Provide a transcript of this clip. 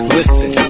Listen